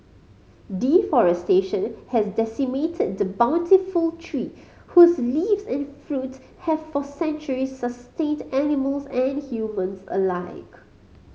deforestation has decimated the bountiful tree whose leaves and fruit have for centuries sustained animals and humans alike